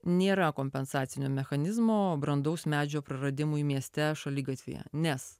nėra kompensacinio mechanizmo brandaus medžio praradimui mieste šaligatvyje nes